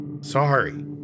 Sorry